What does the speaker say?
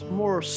more